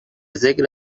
ذکر